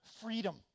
freedom